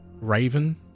raven